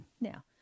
Now